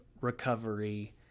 recovery